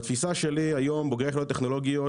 בתפיסה שלי היום בוגרי יחידות טכנולוגיות